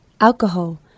alcohol